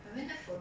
I went there for